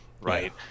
right